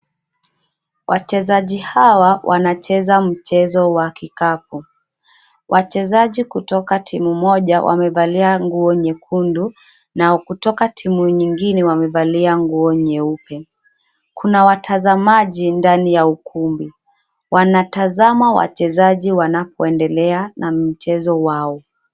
Wachezaji hawa wanacheza mchezo wa kikapu. Wachezaji kutoka timu moja wamevalia nguo nyekundu, na kutoka timu nyingine wamevalia nguo nyeupe. Kuna watazamaji ndani ya ukumbi. Wanatazama wachezaji wanapoendelea na mchezo wao.